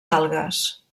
algues